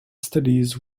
studies